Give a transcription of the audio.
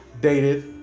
dated